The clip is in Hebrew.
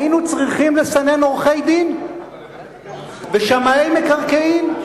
היינו צריכים לסנן עורכי-דין ושמאי מקרקעין,